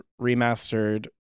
remastered